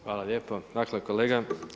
Hvala lijepo, dakle kolega.